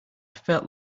felt